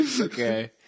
okay